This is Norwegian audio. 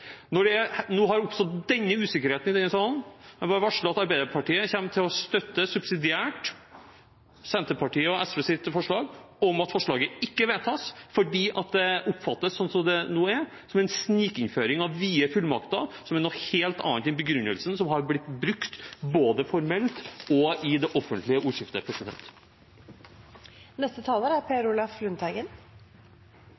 Når det nå har oppstått usikkerhet om dette i denne salen, vil jeg bare varsle at Arbeiderpartiet kommer til å støtte subsidiært Senterpartiet og SVs forslag om at forslaget ikke vedtas, fordi det oppfattes – slik det nå er – som en snikinnføring av vide fullmakter, som er noe helt annet enn begrunnelsen som har blitt brukt både formelt og i det offentlige ordskiftet.